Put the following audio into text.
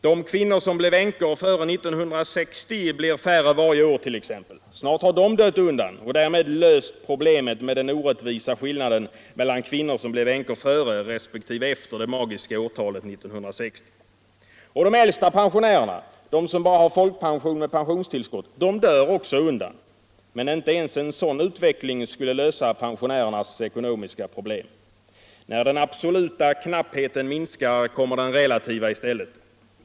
De kvinnor som blev änkor före 1960 blir färre varje år. Snart har de dött undan och därmed ”löst” problemet med den orättvisa skillnaden mellan kvinnor som blev änkor före resp. efter det magiska årtalet 1960. Och de äldsta pensionärerna, de som bara har folkpension med pensionstillskout, de dör också undan. Men inte ens en sådan utveckling skulle lösa pensionärernas ekonomiska problem. När den absoluta knappheten minskar kommer den relativa i stället.